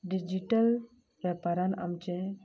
digital वेपारांत आमचें